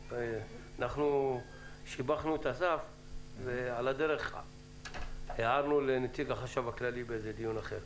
אבל אנחנו שיבחנו את אסף ועל הדרך הערנו לנציג החשב הכללי בדיון אחר.